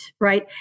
right